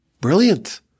Brilliant